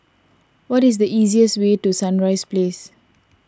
what is the easiest way to Sunrise Place